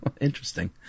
Interesting